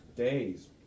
Days